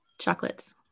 Chocolates